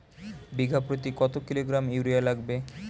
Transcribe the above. বিঘাপ্রতি কত kilogram urea লাগবে?